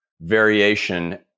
variation